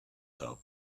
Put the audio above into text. tub